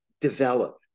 develop